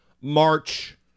March